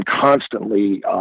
constantly